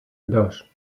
dos